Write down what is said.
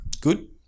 Good